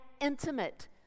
intimate